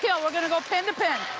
yeah we're going to go pin to pin.